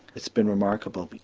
it's been remarkable.